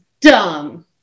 dumb